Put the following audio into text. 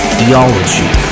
Theology